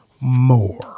More